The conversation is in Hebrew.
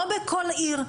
לא בכל עיר,